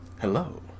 Hello